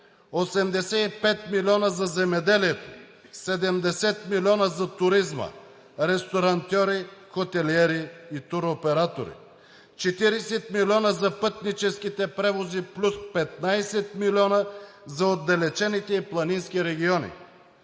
85 млн. лв. за земеделието; 70 млн. лв. за туризма; ресторантьори, хотелиери и туроператори; 40 млн. лв. за пътническите превози плюс 15 млн. лв. за отдалечените и планинските региони;